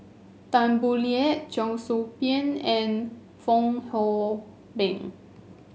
Tan Boo Liat Cheong Soo Pieng and Fong Hoe Beng